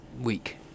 week